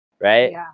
Right